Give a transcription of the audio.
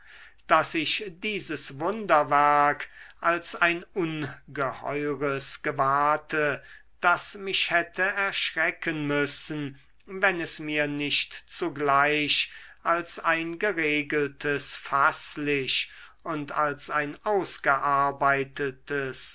daß ich dieses wunderwerk als ein ungeheures gewahrte das mich hätte erschrecken müssen wenn es mir nicht zugleich als ein geregeltes faßlich und als ein ausgearbeitetes